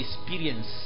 experience